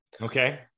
okay